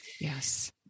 Yes